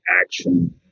action